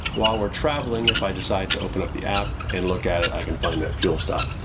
while we're traveling, if i decide to open up the app and look at it, i can find that fuel stop.